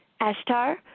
Ashtar